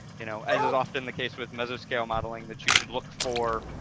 you know, as is often the case with mesoscale modeling, that you should look for,